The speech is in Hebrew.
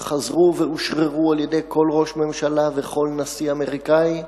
שחזרו ואושררו על-ידי כל ראש ממשלה וכל נשיא אמריקני,